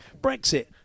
Brexit